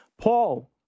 Paul